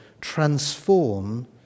transform